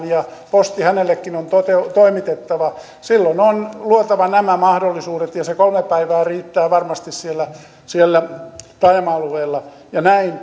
ja posti hänellekin on toimitettava silloin on luotava nämä mahdollisuudet ja ja se kolme päivää riittää varmasti siellä siellä taajama alueilla ja näin